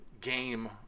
game